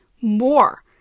more